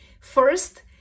First